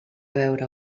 veure